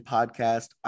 Podcast